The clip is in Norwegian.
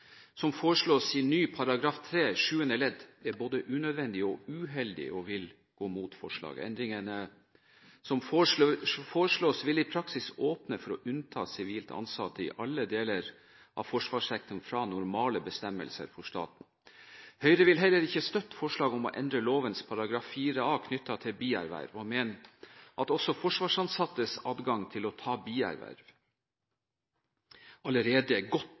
som foreslås i ny § 3 sjuende ledd, er både unødvendig og uheldig, og vi vil gå imot forslaget. Endringene som foreslås, vil i praksis åpne for å unnta sivilt ansatte i alle deler av forsvarssektoren fra normale bestemmelser for staten. Høyre vil heller ikke støtte forslaget om å endre lovens § 4a knyttet til bierverv, og mener at også forsvarsansattes adgang til å ta bierverv allerede er godt